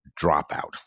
dropout